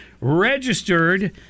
registered